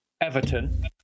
Everton